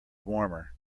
warmer